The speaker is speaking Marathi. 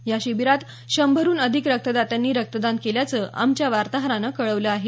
या शिबीरात शंभरहून अधिक रक्तदात्यांनी रक्तदान केल्याचं आमच्या वार्ताहरानं कळवलं आहे